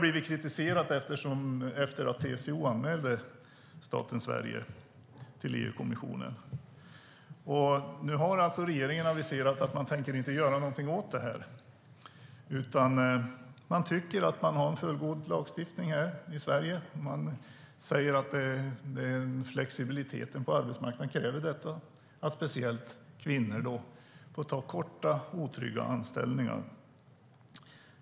Detta har kritiserats efter att TCO anmälde svenska staten till EU-kommissionen. Nu har regeringen aviserat att man inte tänker göra någonting åt det här. Man tycker att man har en fullgod lagstiftning här i Sverige. Man säger att flexibiliteten på arbetsmarknaden kräver att speciellt kvinnor får ta korta och otrygga anställningar.